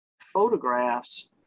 photographs